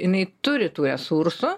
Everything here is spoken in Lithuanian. jinai turi tų esursų